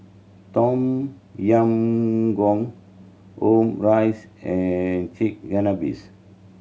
Tom Yam Goong Omurice and Chigenabe